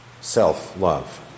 self-love